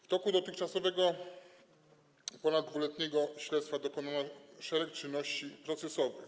W toku dotychczasowego ponaddwuletniego śledztwa dokonano szereg czynności procesowych.